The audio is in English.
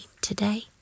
today